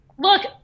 Look